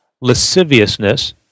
lasciviousness